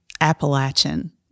Appalachian